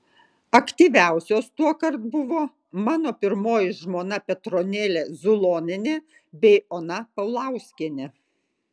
aktyviausios tuokart buvo mano pirmoji žmona petronėlė zulonienė bei ona paulauskienė